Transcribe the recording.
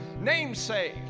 namesake